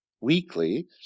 Weekly